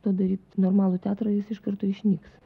to daryt normalų teatrą jis iš karto išnyks